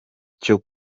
cyo